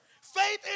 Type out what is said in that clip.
Faith